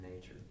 nature